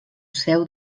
seu